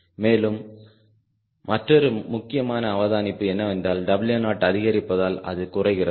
மேலும் மற்றொரு முக்கியமான அவதானிப்பு என்னவென்றால்W0 அதிகரிப்பதால் அது குறைகிறது